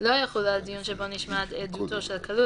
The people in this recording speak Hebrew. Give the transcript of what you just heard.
לא יחולו על דיון שבו נשמעת עדותו של כלוא,